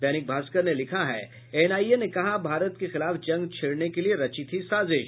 दैनिक भास्कर ने लिखा है एनआईए ने कहा भारत के खिलाफ जंग छेड़ने के लिए रची थी साजिश